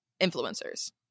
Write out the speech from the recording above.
influencers